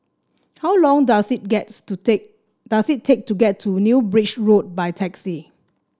how long does it gets to take does it take to get to New Bridge Road by taxi